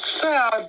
sad